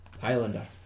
Highlander